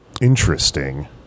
interesting